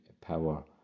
power